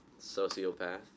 Sociopath